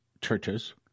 churches